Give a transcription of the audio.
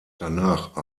danach